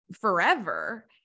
forever